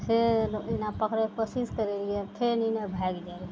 फेर अहिना पकड़ै के कोशिश करै रहियै फेर ई आओर भागि जाइ रहै